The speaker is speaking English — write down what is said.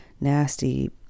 nasty